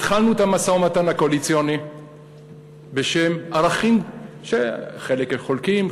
התחלנו את המשא-ומתן הקואליציוני בשם ערכים שחלק חולקים,